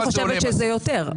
אני חושבת שזה יותר.